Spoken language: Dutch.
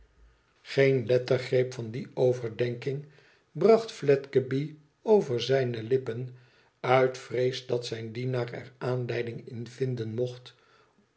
geen lettergreep van die overdenking bracht fledgeby over zijne lippen uit vrees dat zijn dienaar er aanleiding in vinden mocht